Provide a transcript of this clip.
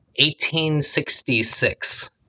1866